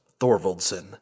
Thorvaldson